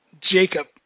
Jacob